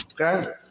Okay